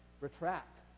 retract